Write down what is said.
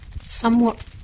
Somewhat